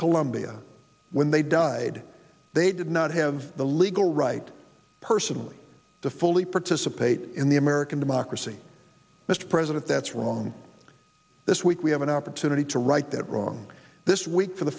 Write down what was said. columbia when they died they did not have the legal right personally to fully participate in the american democracy mr president that's wrong this week we have an opportunity to right that wrong this week for the